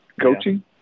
coaching